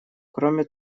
кроме